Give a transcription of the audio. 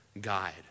guide